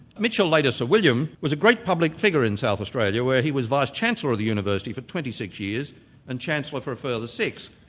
mitchell, later sir william, was a great public figure in south australia, where he was vice-chancellor of the university for twenty six years and chancellor for a further six.